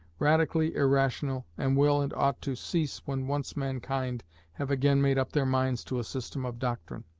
radically irrational, and will and ought to cease when once mankind have again made up their minds to a system of doctrine.